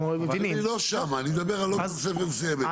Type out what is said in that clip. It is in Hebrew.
אני מדבר על תוספת מסוימת.